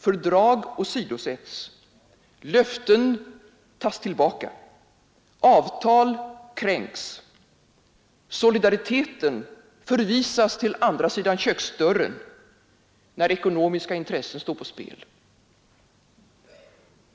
Fördrag åtsidosätts, löften tas tillbaka, avtal kränks, solidariteten förvisas till andra sidan köksdörren när ekonomiska intressen står på spel.